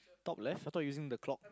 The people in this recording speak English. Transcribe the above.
top left I thought you using the clock